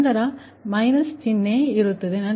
ನಂತರ ನಿಮ್ಮ ಮೈನಸ್ ಚಿಹ್ನೆ ಇದೆ ಸರಿ